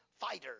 Fighters